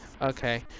okay